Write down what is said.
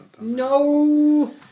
No